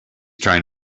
trying